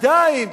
עדיין